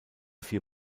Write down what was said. vier